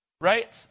Right